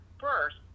first